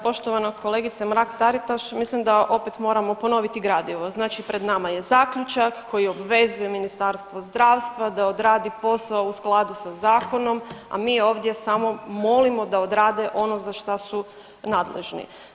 Poštovana kolegice Mrak-Taritaš, mislim da opet moramo ponoviti gradivo, znači pred nama je zaključak koji obvezuje Ministarstvo zdravstva da odradi posao u skladu sa zakonom, a mi ovdje samo molimo da odrade ono za šta su nadležni.